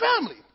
family